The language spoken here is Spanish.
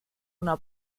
una